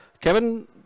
Kevin